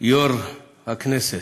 יו"ר הכנסת.